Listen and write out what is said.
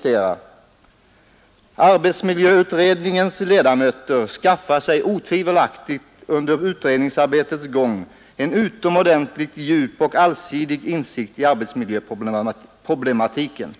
säger: ”Arbetsmiljöutredningens ledamöter skaffar sig otvivelaktigt under utredningsarbetets gång en utomordentligt djup och allsidig insikt i arbetsmiljöproblematiken.